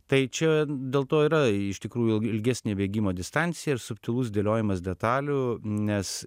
tai čia dėl to yra iš tikrųjų ilgesnė bėgimo distancija ir subtilus dėliojimas detalių nes